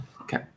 okay